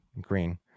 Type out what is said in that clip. green